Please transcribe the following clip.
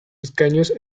escaños